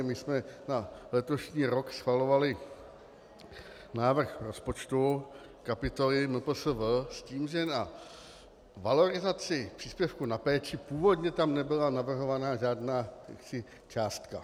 My jsme na letošní rok schvalovali návrh rozpočtu, kapitoly MPSV, s tím, že na valorizaci příspěvku na péči původně tam nebyla navrhována žádná částka.